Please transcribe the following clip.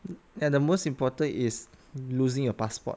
ya the most important is losing your passport